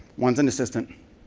one is an assistant,